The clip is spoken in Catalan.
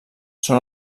són